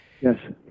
Yes